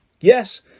Yes